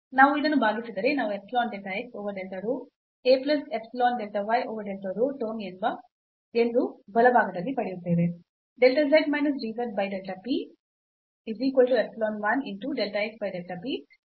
ನಾವು ಇದನ್ನು ಭಾಗಿಸಿದರೆ ನಾವು epsilon delta x over delta rho a plus epsilon delta y over delta rho term ಎಂದು ಬಲಭಾಗದಲ್ಲಿ ಪಡೆಯುತ್ತೇವೆ